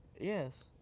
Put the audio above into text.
Yes